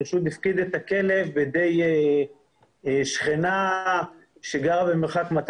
החשוד הפקיד את הכלב בידי שכנה שגרה במרחק 200